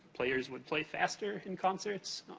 players would play faster in concerts.